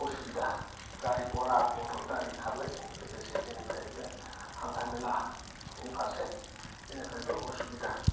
असुबिदा गारि घरा मथर गारि खारनायजों लोगोसे जेनिफ्रायबो हान्था मेलानि फारसे जेनिफ्रायबो असुबिदा